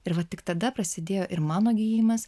ir va tik tada prasidėjo ir mano gijimas